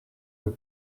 een